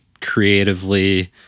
creatively